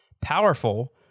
powerful